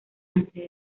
antes